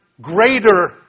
greater